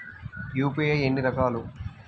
UPI ఎన్ని రకాలు?